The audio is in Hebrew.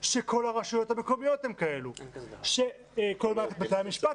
הוא כל הזמן מתעדכן לנגד עיניי בסדר